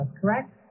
correct